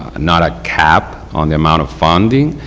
not a cap on amount of funding,